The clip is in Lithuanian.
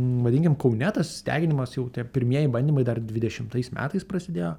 vadinkim kaune tas deginimas jau tie pirmieji bandymai dar dvidešimtais metais prasidėjo